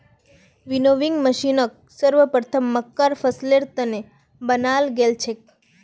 winnowing मशीनक सर्वप्रथम मक्कार फसलेर त न बनाल गेल छेक